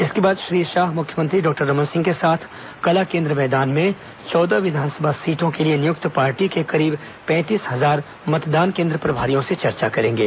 इसके बाद श्री शाह मुख्यमंत्री डॉक्टर रमन सिंह के साथ कला केन्द्र मैदान में चौदह विधानसभा सीटों के लिए नियुक्त पार्टी के करीब र्पेतीस हजार मतदान केन्द्र प्रभारियों से चर्चा करेंगे